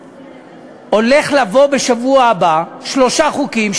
הולכים לבוא בשבוע הבא שלושה חוקים,